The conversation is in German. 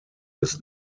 des